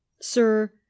Sir